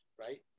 right